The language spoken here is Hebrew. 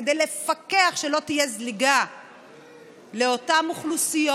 כדי לפקח שלא תהיה זליגה לאותן אוכלוסיות,